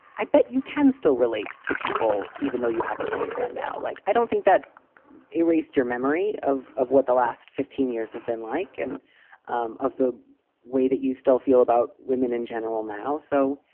i bet you can still relate to people even though you have a boyfriend. now, like, i don't think that erased your memory of of what the last fifteen years have been like and um of the way that you still feel about women in general now. so,